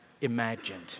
imagined